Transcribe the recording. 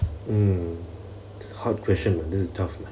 mm hard question lah this is tough lah